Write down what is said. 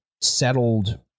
settled